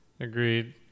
Agreed